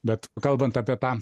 bet kalbant apie tą